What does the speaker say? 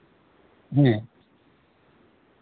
ᱦᱮᱸ